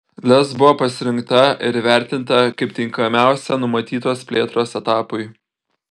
lez buvo pasirinkta ir įvertinta kaip tinkamiausia numatytos plėtros etapui